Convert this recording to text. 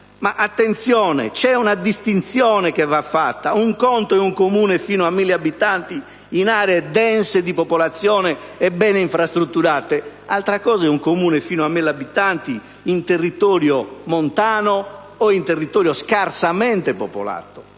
ma attenzione, va fatta una distinzione: un conto è un Comune fino a 1.000 abitanti in aree dense di popolazione e bene infrastrutturate, altra cosa è un Comune fino a 1.000 abitanti in territorio montano o scarsamente popolato.